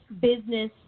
business